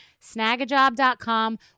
snagajob.com